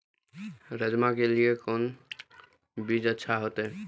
राजमा के लिए कोन बीज अच्छा होते?